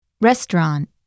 Restaurant